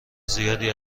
زیادی